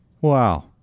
wow